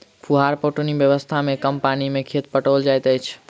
फुहार पटौनी व्यवस्था मे कम पानि मे खेत पटाओल जाइत अछि